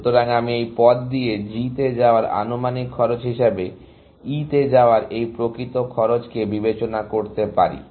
সুতরাং আমি এই পথ দিয়ে G তে যাওয়ার আনুমানিক খরচ হিসাবে E তে যাওয়ার এই প্রকৃত খরচকে বিবেচনা করতে পারি